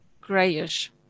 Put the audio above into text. grayish